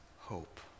Hope